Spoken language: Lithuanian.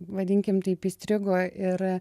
vadinkim taip įstrigo ir